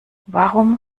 warum